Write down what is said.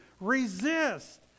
Resist